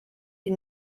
die